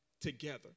together